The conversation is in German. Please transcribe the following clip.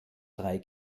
drei